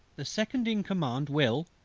the second in command will,